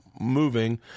moving